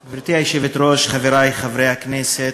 היושבת-ראש, חברי חברי הכנסת,